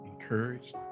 encouraged